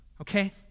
okay